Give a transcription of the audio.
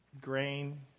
grain